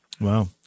Wow